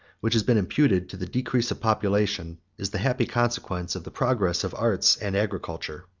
which has been imputed to the decrease of population, is the happy consequence of the progress of arts and agriculture.